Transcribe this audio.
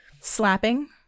slapping